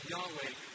Yahweh